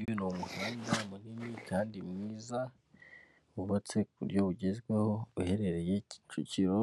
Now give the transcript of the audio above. Uyu ni umuhanda munini kandi mwiza, wubatse ku buryo bugezweho uherereye Kicukiro,